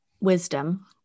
wisdom